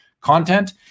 content